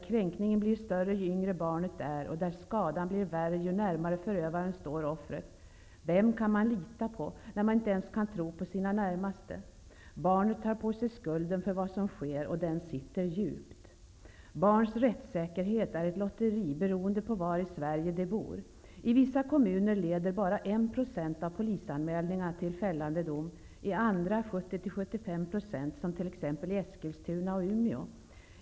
Kränkningen blir större ju yngre barnet är, och skadan blir värre ju närmare offret förövaren står. Vem kan man lita på, när man inte ens kan tro på sina närmaste? Barnet tar på sig skulden för vad som sker, och den sitter djupt. Barnens rättssäkerhet är ett lotteri, beroende på var i Sverige de bor. I vissa kommuner leder bara 1 % av polisanmälningarna till fällande dom, i andra rör det sig om 7O--75 %-- t.ex. i Eskilstuna och Umeå.